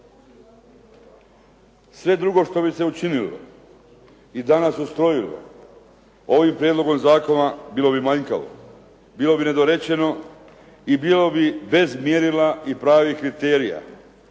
Sve drugo što bi se učinilo i danas ustrojilo ovim prijedlogom zakona bilo bi manjkavo, bilo bi nedorečeno i bilo bi bez mjerila i pravih kriterija.